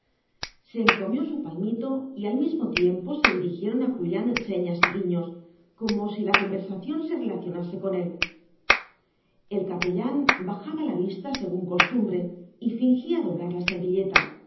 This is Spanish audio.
se encomió su palmito y al mismo tiempo se dirigieron a julián señas y guiños como si la conversación se relacionase con él el capellán bajaba la vista según costumbre y fingía doblar la servilleta